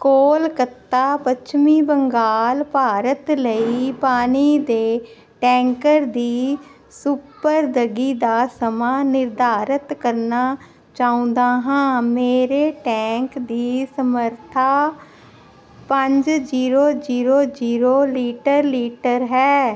ਕੋਲਕੱਤਾ ਪੱਛਮੀ ਬੰਗਾਲ ਭਾਰਤ ਲਈ ਪਾਣੀ ਦੇ ਟੈਂਕਰ ਦੀ ਸਪੁਰਦਗੀ ਦਾ ਸਮਾਂ ਨਿਰਧਾਰਤ ਕਰਨਾ ਚਾਹੁੰਦਾ ਹਾਂ ਮੇਰੇ ਟੈਂਕ ਦੀ ਸਮਰੱਥਾ ਪੰਜ zero zero zero litre litre ਹੈ